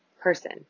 person